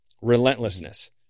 Relentlessness